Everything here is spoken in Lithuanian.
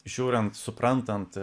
žiūrint suprantant